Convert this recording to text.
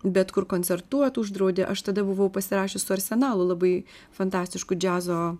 bet kur koncertuot uždraudė aš tada buvau pasirašius su arsenalu labai fantastišku džiazo